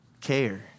care